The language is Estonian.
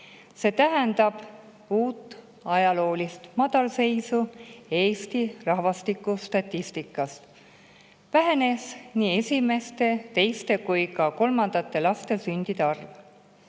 See tähendab uut ajaloolist madalseisu Eesti rahvastiku statistikas. Vähenes nii esimeste, teiste kui ka kolmandate laste sündide arv.